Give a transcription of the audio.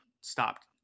stopped